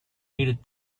needed